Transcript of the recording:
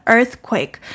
Earthquake 。